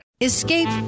Escape